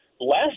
last